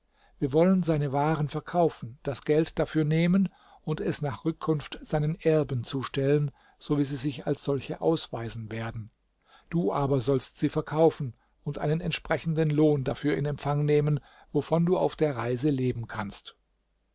wir wollen seine waren verkaufen das geld dafür nehmen und es nach rückkunft seinen erben zustellen sowie sie sich als solche ausweisen werden du aber sollst sie verkaufen und einen entsprechenden lohn dafür in empfang nehmen wovon du auf der reise leben kannst